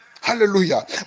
hallelujah